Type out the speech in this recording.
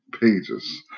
Pages